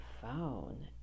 phone